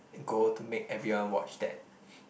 and goal to make everyone watch that